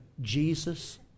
Jesus